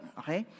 okay